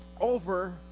over